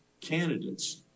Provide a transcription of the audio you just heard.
candidates